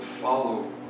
follow